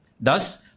Thus